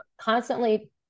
constantly